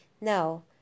No